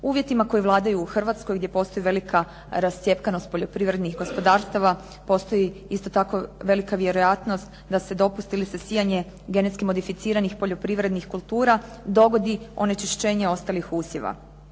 uvjetima koji vladaju u Hrvatskoj, gdje postoji velika rascjepkanost poljoprivrednih gospodarstava postoji isto tako velika vjerojatnost da se dopusti ili se sijanje genetski modificiranih poljoprivrednih kultura dogodi onečišćenje ostalih usjeva.